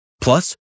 Plus